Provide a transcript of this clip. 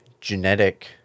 genetic